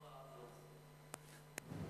2414,